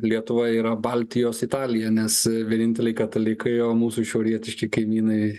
lietuva yra baltijos italija nes vieninteliai katalikai o mūsų šiaurietiški kaimynai